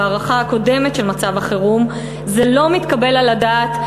בהארכה הקודמת של מצב החירום: "זה לא מתקבל על הדעת.